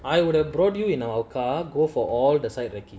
I would brought you in our car go for all the site recce